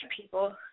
people